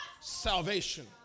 salvation